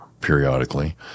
periodically